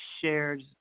shared